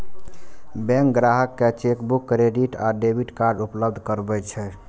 bank ग्राहक कें chequebook, credit आ डेबिट कार्ड उपलब्ध करबै छै